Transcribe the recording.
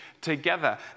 together